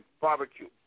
Barbecue